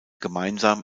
gemeinsam